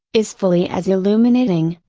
is fully as illuminating,